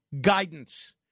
guidance